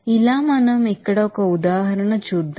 ఇలా మనం ఇక్కడ ఒక ఉదాహరణ చేద్దాం